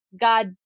God